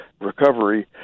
recovery